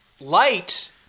Light